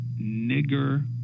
nigger